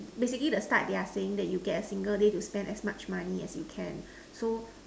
basically the start they are saying that you get a single day to spend as much money as you can so